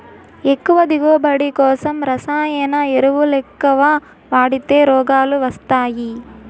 ఎక్కువ దిగువబడి కోసం రసాయన ఎరువులెక్కవ వాడితే రోగాలు వస్తయ్యి